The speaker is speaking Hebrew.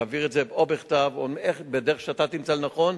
תעביר או בכתב או בדרך שאתה תמצא לנכון,